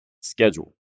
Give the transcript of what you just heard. schedule